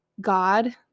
God